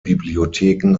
bibliotheken